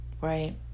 right